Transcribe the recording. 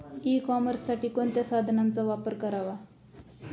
E कॉमर्ससाठी कोणत्या साधनांचा वापर करावा?